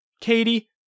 Katie